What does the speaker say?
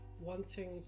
wanting